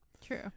True